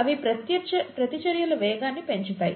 అవి ప్రతిచర్యల వేగాన్ని పెంచుతాయి